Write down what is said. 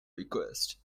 request